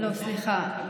לא, סליחה.